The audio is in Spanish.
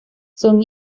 son